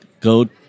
go